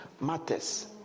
Matters